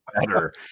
better